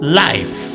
life